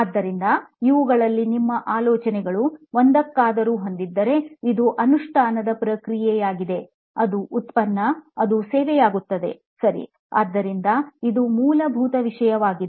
ಆದ್ದರಿಂದ ಇವುಗಳಲ್ಲಿ ನಿಮ್ಮ ಆಲೋಚನೆಗಳು ಒಂದಕ್ಕಾದರೂ ಹೊಂದಿದರೆ ಇದು ಅನುಷ್ಠಾನದ ಪ್ರಕ್ರಿಯೆಯಾಗಿದೆ ಅದು ಉತ್ಪನ್ನ ಅಥವಾ ಸೇವೆಯಾಗುತ್ತದೆ ಸರಿ ಆದ್ದರಿಂದ ಇದು ಮೂಲಭೂತ ವಿಷಯವಾಗಿದೆ